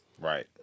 Right